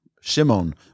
Shimon